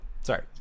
sorry